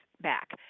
back